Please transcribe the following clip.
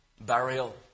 burial